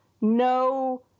no